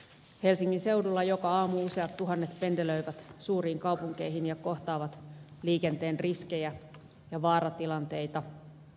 helsingin seudulla joka aamu useat tuhannet pendelöivät suuriin kaupunkeihin ja kohtaavat liikenteen riskejä ja vaaratilanteita